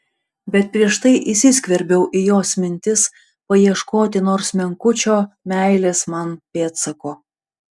bet prieš tai įsiskverbiau į jos mintis paieškoti nors menkučio meilės man pėdsako